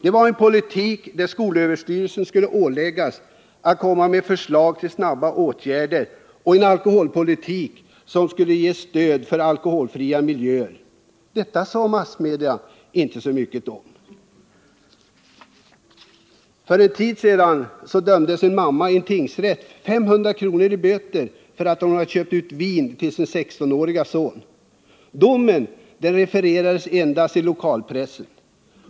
Det var en politik där skolöverstyrelsen skulle åläggas att komma med förslag till snara åtgärder och en politik som skulle ge stöd till verksamhet i alkoholfria miljöer. Detta sade massmedia inte mycket om. För någon tid sedan dömdes en mamma av en tingsrätt till 500 kr. i böter för att hon hade köpt ut vin till sin 16-årige son. Domen refererades enbart i lokalpressen.